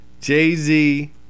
Jay-Z